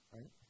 Right